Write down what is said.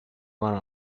one